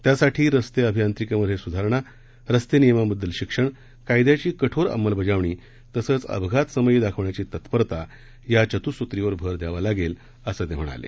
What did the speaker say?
त्यासाठी रस्ते अभियांत्रिकीमध्ये सुधारणा रस्ते नियमांबद्दल शिक्षण कायद्याची कठोर अंमलबजावणी तसंच अपघातसमयी दाखवण्याची तत्परता या चतू सूत्रीवर भर द्यावा लागेल असं ते म्हणाले